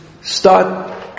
start